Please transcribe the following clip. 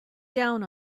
down